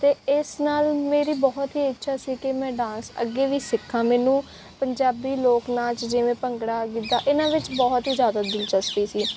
ਅਤੇ ਇਸ ਨਾਲ ਮੇਰੀ ਬਹੁਤ ਹੀ ਅੱਛਾ ਸੀ ਕਿ ਮੈਂ ਡਾਂਸ ਅੱਗੇ ਵੀ ਸਿੱਖਾਂ ਮੈਨੂੰ ਪੰਜਾਬੀ ਲੋਕ ਨਾਚ ਜਿਵੇਂ ਭੰਗੜਾ ਗਿੱਧਾ ਇਹਨਾਂ ਵਿੱਚ ਬਹੁਤ ਹੀ ਜ਼ਿਆਦਾ ਦਿਲਚਸਪੀ ਸੀ